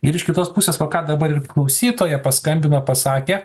ir iš kitos pusės va ką dabar ir klausytoja paskambino pasakė